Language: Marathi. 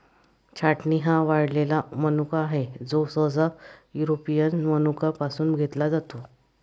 छाटणी हा वाळलेला मनुका आहे, जो सहसा युरोपियन मनुका पासून घेतला जातो